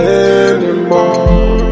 anymore